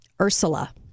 Ursula